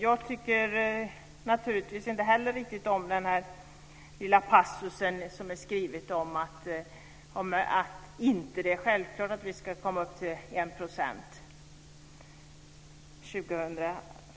Jag tycker naturligtvis inte heller riktigt om den lilla passusen om att det inte är självklart att vi ska nå upp till enprocentsmålet